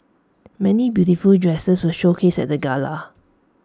many beautiful dresses were showcased at the gala